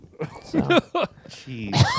Jeez